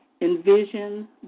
envision